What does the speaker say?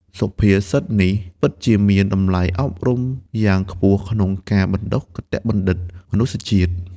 សុភាសិតនេះ ពិតជាមានតម្លៃអប់រំយ៉ាងខ្ពស់ក្នុងការបណ្តុះគតិបណ្ឌិតមនុស្សជាតិ។